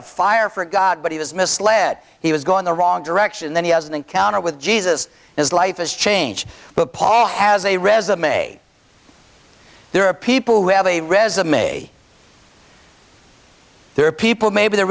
a fire for a god but he was misled he was going the wrong direction then he has an encounter with jesus his life has changed but paul has a resume there are people who have a resume there are people maybe their